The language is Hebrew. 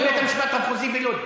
עכשיו, מול בית המשפט המחוזי בלוד.